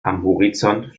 horizont